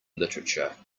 literature